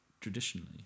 traditionally